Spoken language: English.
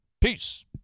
Peace